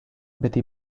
beti